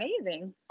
amazing